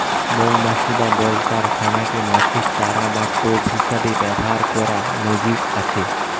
মউমাছি বা বলতার ছানা কে মাছের চারা বা টোপ হিসাবে ব্যাভার কোরার নজির আছে